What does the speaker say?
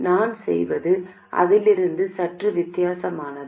நான் செய்வது அதிலிருந்து சற்று வித்தியாசமானது